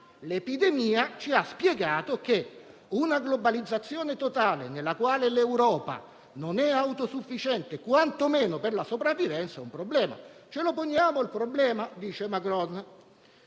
l'epidemia ci ha spiegato che una globalizzazione totale nella quale l'Europa non è autosufficiente quantomeno per la sopravvivenza è un problema. Macron domanda: ci poniamo il problema? Un